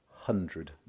hundred